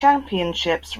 championships